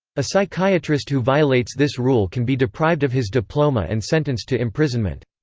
a psychiatrist who violates this rule can be deprived of his diploma and sentenced to imprisonment.